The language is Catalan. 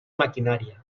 maquinària